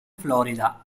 florida